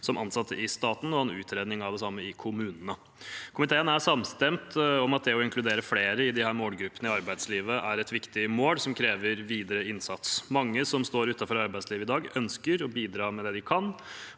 som ansatte i staten, og en utredning av det samme i kommunene. Komiteen er samstemt om at det å inkludere flere i disse målgruppene i arbeidslivet er et viktig mål som krever videre innsats. Mange som står utenfor arbeidsli